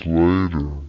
later